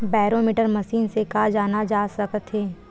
Barometer machine से का जाना जा सकत हे?